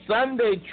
Sunday